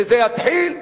כשזה יתחיל,